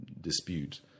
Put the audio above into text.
dispute